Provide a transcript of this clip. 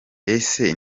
ese